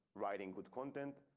writing good content.